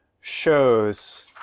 shows